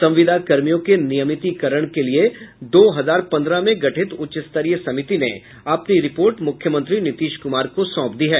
संविदा कर्मियों के नियमितिकरण के लिए दो हजार पन्द्रह में गठित उच्च स्तरीय समिति ने अपनी रिपोर्ट मुख्यमंत्री नीतीश कुमार को सौंप दी है